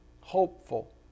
hopeful